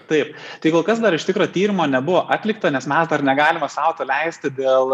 taip tai kol kas dar iš tikro tyrimo nebuvo atlikta nes mes dar negalime sau to leisti dėl